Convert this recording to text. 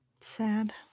Sad